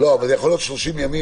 --- יכול להיות שזה 30 ימים,